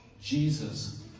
Jesus